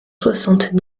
soixante